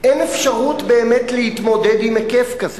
אין אפשרות באמת להתמודד עם היקף כזה.